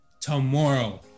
tomorrow